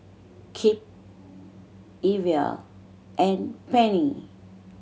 Kipp Evia and Penny